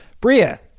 Bria